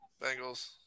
Bengals